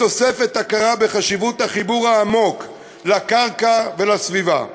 בתוספת הכרה בחשיבות החיבור העמוק לקרקע ולסביבה,